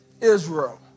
Israel